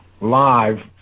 live